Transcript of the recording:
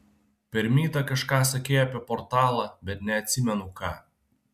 per mytą kažką sakei apie portalą bet neatsimenu ką